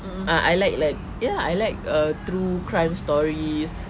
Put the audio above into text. ah I like like ya I like uh true crime stories